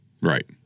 right